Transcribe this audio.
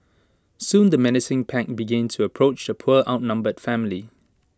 soon the menacing pack began to approach the poor outnumbered family